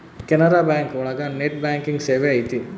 Canara bank ಒಳಗ net banking ಸೇವೆ ಐತಿ